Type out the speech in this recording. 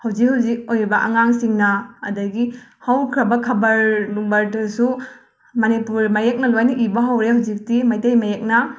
ꯍꯧꯖꯤꯛ ꯍꯧꯖꯤꯛ ꯑꯣꯏꯔꯤꯕ ꯑꯉꯥꯡꯁꯤꯡꯅ ꯑꯗꯒꯤ ꯍꯧꯈ꯭ꯔꯕ ꯈꯕꯔ ꯅꯨꯡꯕꯔꯗꯁꯨ ꯃꯅꯤꯄꯨꯔ ꯃꯌꯦꯛꯅ ꯂꯣꯏꯅ ꯏꯕ ꯍꯧꯔꯦ ꯍꯧꯖꯤꯛꯇꯤ ꯃꯩꯇꯩ ꯃꯌꯦꯛꯅ